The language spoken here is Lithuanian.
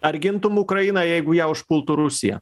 ar gintum ukrainą jeigu ją užpultų rusija